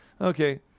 Okay